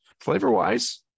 Flavor-wise